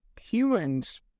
humans